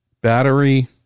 battery